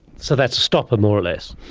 so that's a stopper, more or less.